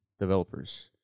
developers